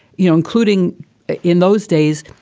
you know, including in those days.